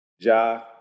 Ja